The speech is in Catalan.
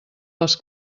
les